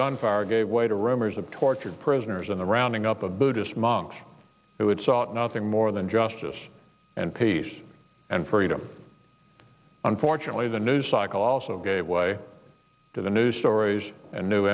gunfire gave way to rumors of tortured prisoners and the rounding up a buddhist monks who had sought nothing more than justice and peace and freedom unfortunately the news cycle also gave way to the news stories and new